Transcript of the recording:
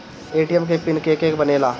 ATM के PIN के के बनेला?